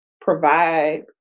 provide